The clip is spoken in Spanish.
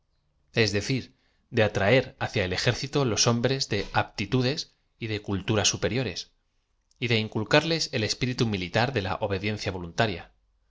c ir de atraer hacia el ejército los hombres de aptitudes y de cultura superiores y de inculcarles e l espiritu m ilitar de la obediencia voluntaria